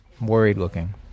worried-looking